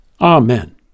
Amen